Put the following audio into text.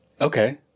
Okay